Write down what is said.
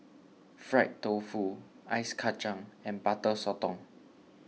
Fried Tofu Ice Kachang and Butter Sotong